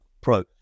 pro